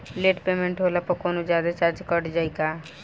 Late payment होला पर कौनोजादे चार्ज कट जायी का?